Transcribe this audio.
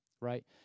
right